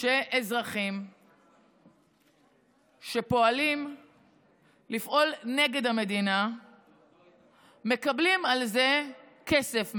שאזרחים שפועלים נגד המדינה מקבלים על זה כסף מהמדינה,